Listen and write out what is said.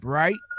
right